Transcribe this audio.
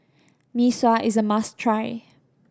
Mee Sua is a must try